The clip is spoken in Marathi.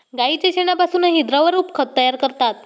गाईच्या शेणापासूनही द्रवरूप खत तयार करतात